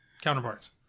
counterparts